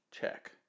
Check